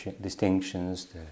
distinctions